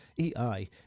EI